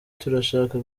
turashaka